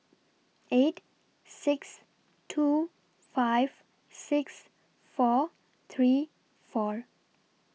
eight six two five six four three four